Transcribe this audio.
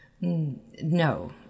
No